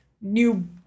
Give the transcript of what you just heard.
new